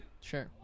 Sure